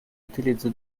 utilizzo